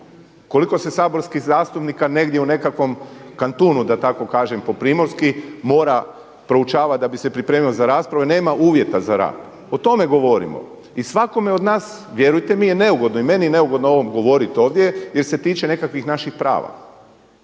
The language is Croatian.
Koliko se saborskih zastupnika negdje u nekakvom kantunu da tako kažem po primorski mora proučavati da bi se pripremao za raspravu jer nema uvjeta za rad? O tome govorimo i svakome od nas vjerujte mi je neugodno i meni je neugodno o ovom govoriti ovdje jer se tiče nekakvih naših prava